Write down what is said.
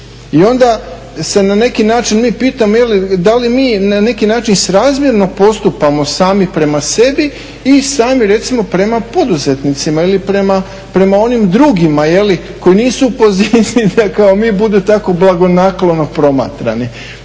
I onda se na neki način mi pitamo da li mi na neki način srazmjerno postupamo sami prema sebi i sami recimo prema poduzetnicima ili prema onima drugima koji nisu u poziciji da kao mi budu tako blagonaklono promatrani.